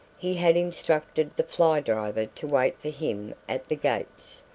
he had instructed the fly driver to wait for him at the gates,